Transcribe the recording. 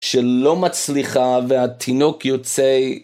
שלא מצליחה והתינוק יוצא.